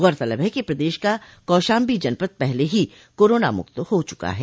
गौरतलब है कि प्रदेश का कौशाम्बी जनपद पहले ही कोरोना मुक्त हो चुका है